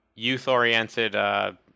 Youth-oriented